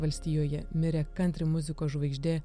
valstijoje mirė kantri muzikos žvaigždė